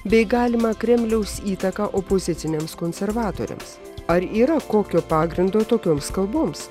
bei galimą kremliaus įtaką opoziciniams konservatoriams ar yra kokio pagrindo tokioms kalboms